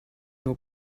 nur